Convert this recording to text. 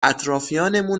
اطرافیانمون